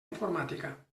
informàtica